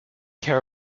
care